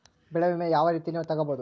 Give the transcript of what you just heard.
ಬೆಳೆ ವಿಮೆ ಯಾವ ರೇತಿಯಲ್ಲಿ ತಗಬಹುದು?